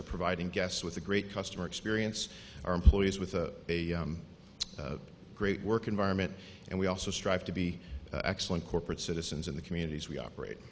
are providing guests with a great customer experience our employees with a great work environment and we also strive to be excellent corporate citizens in the communities we operate